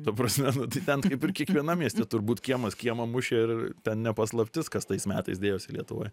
ta prasme nu tai ten kaip ir kiekvienam mieste turbūt kiemas kiemą mušė ir ten ne paslaptis kas tais metais dėjosi lietuvoj